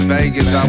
Vegas